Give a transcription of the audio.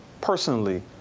personally